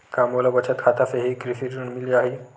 का मोला बचत खाता से ही कृषि ऋण मिल जाहि?